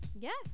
Yes